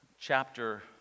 chapter